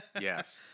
yes